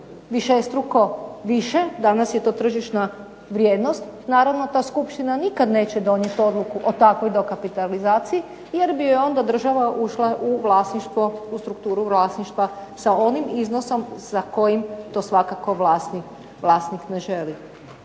višestruko više, danas je to tržišna vrijednost naravno ta skupština nikad neće donijeti odluku o takvoj dokapitalizaciji jer bi joj onda država ušla u strukturu vlasništva sa onim iznosom za kojim to svakako vlasnik ne želi.